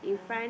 ah